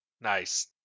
nice